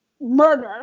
murder